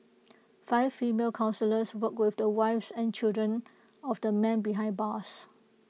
five female counsellors worked with the wives and children of the men behind bars